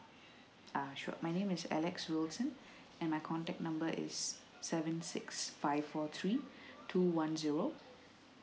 uh sure my name is alex wilson and my contact number is seven six five four three two one zero